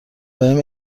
بهم